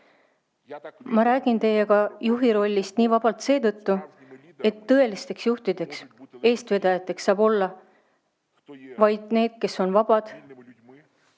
Ma räägin teiega juhi rollist nii vabalt, seetõttu tõelisteks juhtideks, eestvedajateks saavad olla vaid need, kes on vabad,